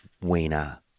weena